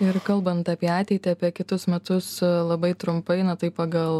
ir kalbant apie ateitį apie kitus metus labai trumpai na tai pagal